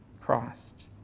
Christ